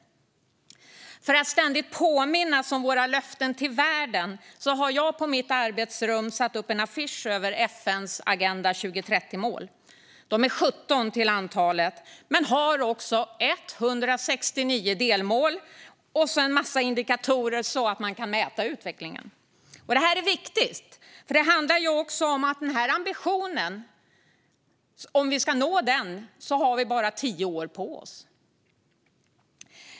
För att ständigt påminnas om våra löften till världen har jag på mitt arbetsrum satt upp en affisch med FN:s Agenda 2030-mål. De är 17 till antalet, och det finns också 169 delmål och en massa indikatorer så att man kan mäta utvecklingen. Det här är viktigt, för om vi ska uppnå vår ambition har vi bara tio år på oss.